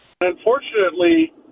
Unfortunately